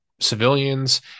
civilians